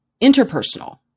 interpersonal